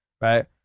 right